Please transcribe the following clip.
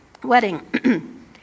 Wedding